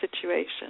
situation